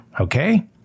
Okay